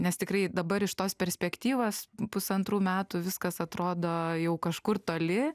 nes tikrai dabar iš tos perspektyvos pusantrų metų viskas atrodo jau kažkur toli